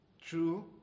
True